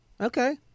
Okay